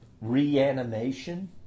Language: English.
reanimation